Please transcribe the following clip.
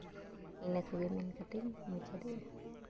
ᱤᱱᱟᱹ ᱠᱚᱜᱮ ᱢᱮᱱ ᱠᱟᱛᱮᱫ ᱤᱧ ᱢᱩᱪᱟᱹᱫᱮᱜᱼᱟ